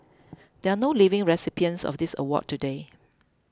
there are no living recipients of this award today